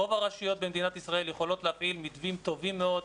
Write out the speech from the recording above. רוב הרשויות במדינת ישראל יכולות להפעיל מתווים טובים מאוד,